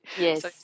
Yes